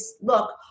look